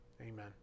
Amen